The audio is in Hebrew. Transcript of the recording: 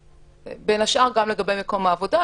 בין השאר גם לגבי מקום העבודה,